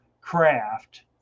craft